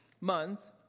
month